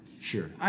Sure